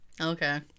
Okay